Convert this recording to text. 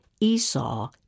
Esau